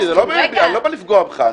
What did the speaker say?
מיקי, אני לא בא לפגוע בך.